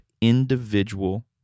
Individual